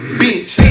bitch